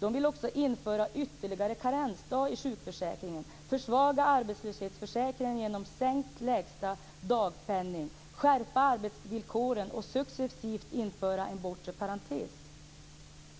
De vill också införa ytterligare en karensdag i sjukförsäkringen, försvaga arbetslöshetsförsäkringen genom sänkt lägsta dagpenning, skärpa arbetsvillkoren och successivt införa en bortre parentes.